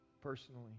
personally